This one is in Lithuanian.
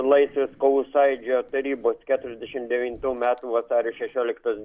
laisvės kovų sąjūdžio tarybos keturiasdešimt devyntų metų vasario šešioliktos